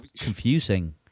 confusing